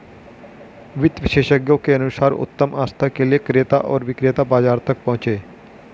वित्त विशेषज्ञों के अनुसार उत्तम आस्था के लिए क्रेता और विक्रेता बाजार तक पहुंचे